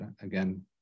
again